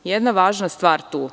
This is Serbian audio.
Ima jedna važna stvar tu.